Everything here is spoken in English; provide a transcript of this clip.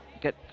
get